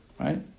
right